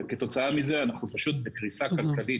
וכתוצאה מזה אנחנו פשוט בקריסה כלכלית.